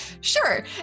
sure